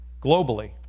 globally